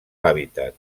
hàbitat